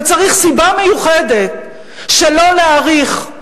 וצריך סיבה מיוחדת שלא להאריך,